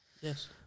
Yes